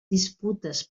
disputes